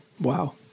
Wow